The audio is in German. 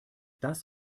das